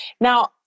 Now